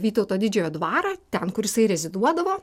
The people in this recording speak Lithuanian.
vytauto didžiojo dvarą ten kur jisai reziduodavo